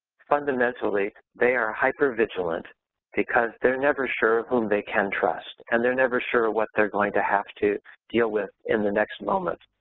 fundamentally, they are hypervigilant because they're never sure of whom they can trust and they're never sure what they're going to have to deal with in the next moment.